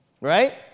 Right